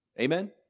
Amen